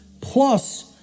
plus